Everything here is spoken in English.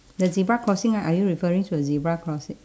the zebra crossing ah are you referring to the zebra crossi~